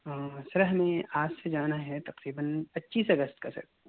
ہاں سر ہمیں آج سے جانا ہے تقریباً پچیس اگست کا سر